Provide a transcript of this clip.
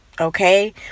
Okay